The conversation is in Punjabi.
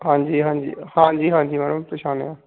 ਹਾਂਜੀ ਹਾਂਜੀ ਹਾਂਜੀ ਹਾਂਜੀ ਮੈਡਮ ਪਛਾਣਿਆ